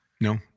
No